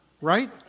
Right